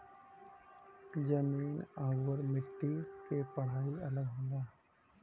जमीन आउर मट्टी क पढ़ाई अलग होला